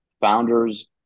Founders